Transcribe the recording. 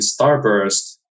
Starburst